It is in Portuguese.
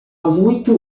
muito